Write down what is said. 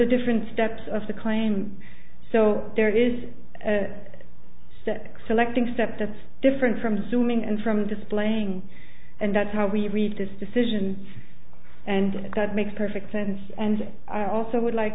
are different steps of the claim so there is a step selecting step that's different from suing and from displaying and that's how we read this decision and that makes perfect sense and i also would like